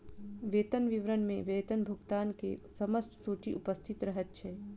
वेतन विवरण में वेतन भुगतान के समस्त सूचि उपस्थित रहैत अछि